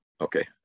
Okay